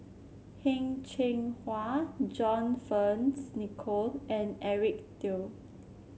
Heng Cheng Hwa John Fearns Nicoll and Eric Teo